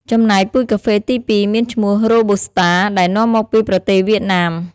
ចំណែក ពូជកាហ្វេទីពីរមានឈ្មោះ Robusta ដែលនាំមកពីប្រទេសវៀតណាម។